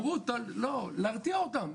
להרתיע אותם.